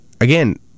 again